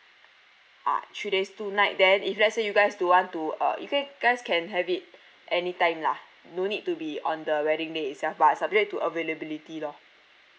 ah three days two night then if lets say you guys don't want to uh you can guys can have it any time lah no need to be on the wedding day itself but subject to availability lor